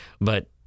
but-